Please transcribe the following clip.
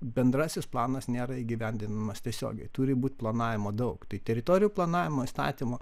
bendrasis planas nėra įgyvendinamas tiesiogiai turi būti planavimo daug tai teritorijų planavimo įstatymo